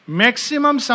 maximum